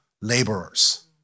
laborers